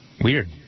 Weird